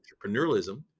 entrepreneurialism